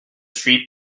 suis